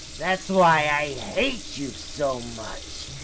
that's why i hate you so much.